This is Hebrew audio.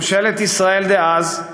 ממשלת ישראל דאז,